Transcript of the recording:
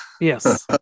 Yes